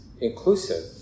inclusive